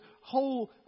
whole